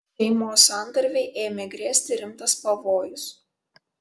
šeimos santarvei ėmė grėsti rimtas pavojus